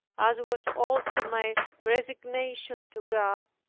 as was also my resignation to god,